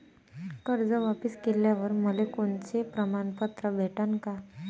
कर्ज वापिस केल्यावर मले कोनचे प्रमाणपत्र भेटन का?